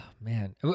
man